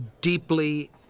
deeply